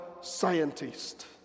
scientist